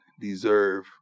deserve